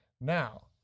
now